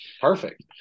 perfect